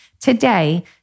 today